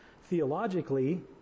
Theologically